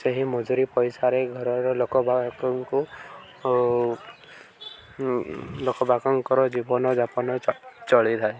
ସେହି ମଜୁରି ପଇସାରେ ଘରର ଲୋକବାକଙ୍କୁ ଲୋକବାକଙ୍କର ଜୀବନଯାପନ ଚ ଚଳିଥାଏ